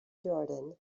jordan